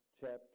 chapter